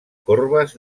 corbes